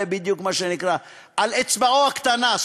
זה בדיוק מה שנקרא על אצבעו הקטנה,